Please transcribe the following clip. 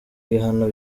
bihano